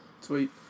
Sweet